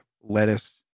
lettuce